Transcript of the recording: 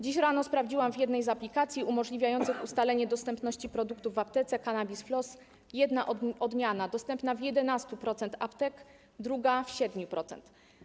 Dziś rano sprawdziłam w jednej z aplikacji umożliwiających ustalenie dostępności produktu w aptece Cannabis Flos - jedna odmiana dostępna w 11% aptek, druga w 7%.